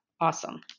Awesome